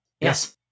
Yes